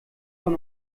auch